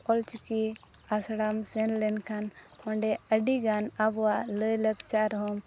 ᱚᱞᱪᱤᱠᱤ ᱟᱥᱲᱟᱢ ᱥᱮᱱ ᱞᱮᱱ ᱠᱷᱟᱱ ᱚᱸᱰᱮ ᱟᱹᱰᱤ ᱜᱟᱱ ᱟᱵᱚᱣᱟᱜ ᱞᱟᱭ ᱞᱟᱠᱪᱟᱨ ᱦᱚᱸᱢ